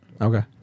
Okay